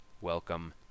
Welcome